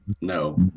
No